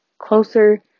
closer